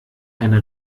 eine